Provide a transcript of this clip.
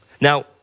Now